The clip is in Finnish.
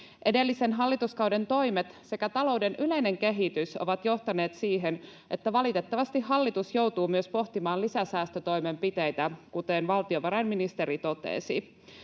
Edellisen hallituskauden toimet sekä talouden yleinen kehitys ovat johtaneet siihen, että valitettavasti hallitus joutuu myös pohtimaan lisäsäästötoimenpiteitä, kuten valtiovarainministeri totesi.